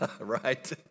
right